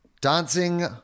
dancing